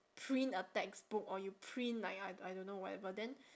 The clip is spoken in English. print a textbook or you print like I I don't know whatever then